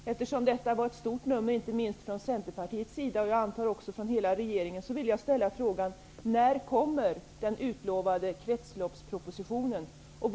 Eftersom detta var ett stort nummer -- inte minst från Centerpartiets sida, och förmodligen från hela regeringen -- vill jag fråga när den utlovade kretsloppspropositionen kommer.